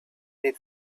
did